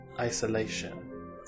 isolation